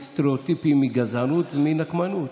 מסטריאוטיפים, מגזענות ומנקמנות.